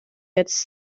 jetzt